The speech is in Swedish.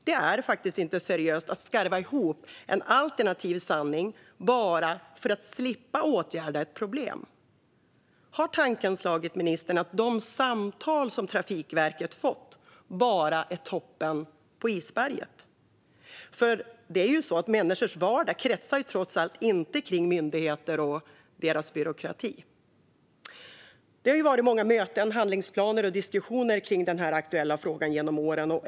Det är faktiskt inte seriöst att skarva ihop en alternativ sanning bara för att slippa åtgärda ett problem. Har tanken slagit ministern att de samtal som Trafikverket fått bara är toppen av isberget? Människors vardag kretsar trots allt inte kring myndigheter och deras byråkrati. Det har varit många möten, handlingsplaner och diskussioner kring den aktuella frågan genom åren.